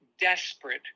desperate